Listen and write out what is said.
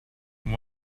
what